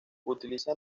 utiliza